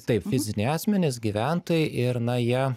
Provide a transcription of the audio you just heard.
taip fiziniai asmenys gyventojai ir na jie